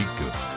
good